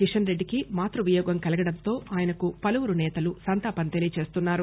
కిషన్రెడ్డికి మాతృవియోగం కలుగడంతో ఆయనకు పలువురు సేతలు సంతాపం తెలియజేస్తున్నారు